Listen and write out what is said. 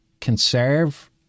conserve